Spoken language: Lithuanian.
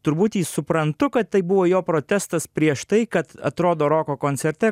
turbūt jį suprantu kad tai buvo jo protestas prieš tai kad atrodo roko koncerte